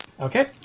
Okay